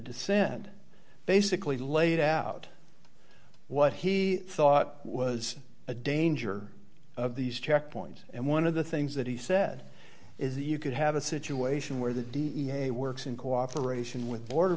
dissent basically laid out what he thought was a danger of these checkpoints and one of the things that he said is that you could have a situation where the d n a works in cooperation with border